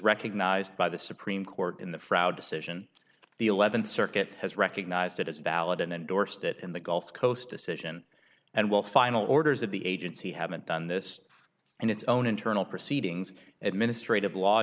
recognized by the supreme court in the frow decision the eleventh circuit has recognized it as valid and endorsed it in the gulf coast decision and while final orders of the agency haven't done this and its own internal proceedings administrative law